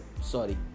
sorry